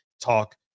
talk